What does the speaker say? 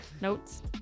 Notes